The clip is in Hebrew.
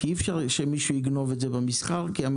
כי אי אפשר שמישהו יגנוב את זה במסחר,